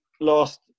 last